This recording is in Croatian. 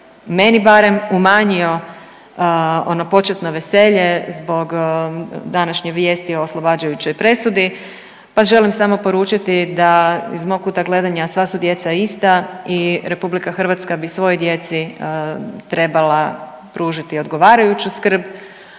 meni barem umanjio ono početno veselje zbog današnje vijesti o oslobađajućoj presudi, pa želim samo poručiti da iz mog kuta gledanja sva su djeca ista i RH bi svoj djeci trebala pružiti odgovarajuću skrb,